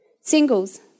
Singles